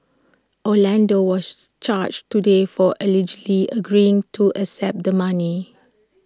Orlando was charged today for allegedly agreeing to accept the money